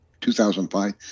2005